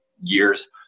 years